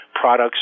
products